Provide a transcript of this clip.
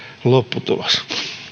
lopputulos